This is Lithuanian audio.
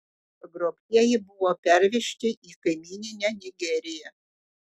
pagrobtieji buvo pervežti į kaimyninę nigeriją